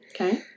Okay